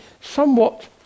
somewhat